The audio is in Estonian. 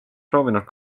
proovinud